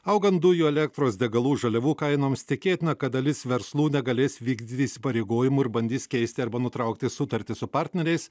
augant dujų elektros degalų žaliavų kainoms tikėtina kad dalis verslų negalės vykdyt įsipareigojimų ir bandys keisti arba nutraukti sutartį su partneriais